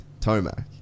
Tomac